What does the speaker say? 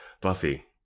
Buffy